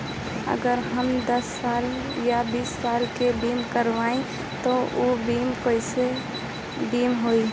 अगर हम दस साल या बिस साल के बिमा करबइम त ऊ बिमा कौन सा बिमा होई?